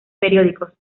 periódicos